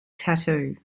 tattoo